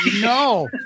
No